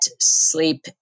sleep